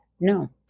No